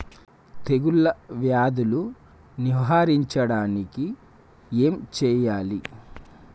తెగుళ్ళ వ్యాధులు నివారించడానికి ఏం చేయాలి?